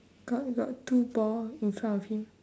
got got two ball in front of him